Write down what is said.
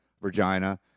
Virginia